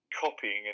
copying